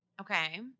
Okay